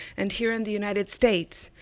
and here in the united states,